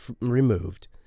removed